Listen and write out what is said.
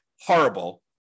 horrible